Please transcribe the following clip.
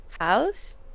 house